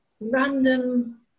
random